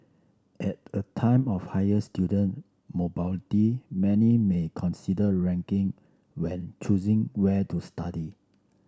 at a time of higher student mobility many may consider ranking when choosing where to study